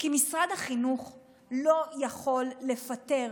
כי משרד החינוך לא יכול לפטר